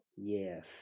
Yes